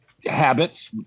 habits